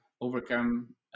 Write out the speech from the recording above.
overcome